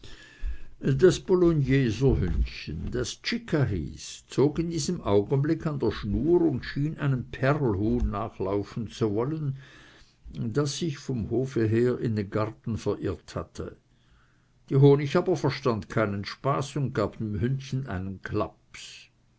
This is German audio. das bologneser hündchen das czicka hieß zog in diesem augenblick an der schnur und schien einem perlhuhn nachlaufen zu wollen das sich vom hof her in den garten verirrt hatte die honig verstand aber keinen spaß und gab dem hündchen einen klaps